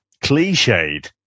cliched